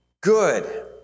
good